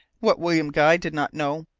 what william guy did not know,